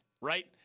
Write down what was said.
Right